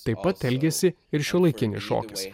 taip pat elgiasi ir šiuolaikinis šokis